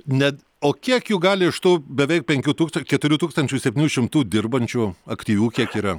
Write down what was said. net o kiek jų gali iš tų beveik penkių tūkstan keturių tūkstančių septynių šimtų dirbančių aktyvių kiek yra